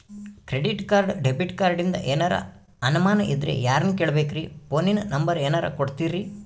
Credit card, debit ಕಾರ್ಡಿಂದ ಏನರ ಅನಮಾನ ಇದ್ರ ಯಾರನ್ ಕೇಳಬೇಕ್ರೀ, ಫೋನಿನ ನಂಬರ ಏನರ ಕೊಡ್ತೀರಿ?